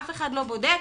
אף אחד לא בודק,